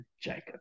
Jacob